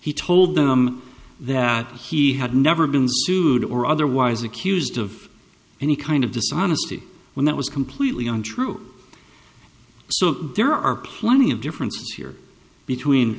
he told them that he had never been sued or otherwise accused of any kind of dishonesty when that was completely untrue so there are plenty of difference between